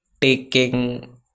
taking